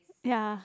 ya